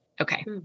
Okay